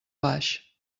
baix